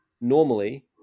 normally